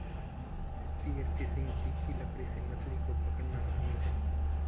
spear fishing तीखी लकड़ी से मछली को पकड़ना शामिल है